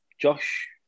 Josh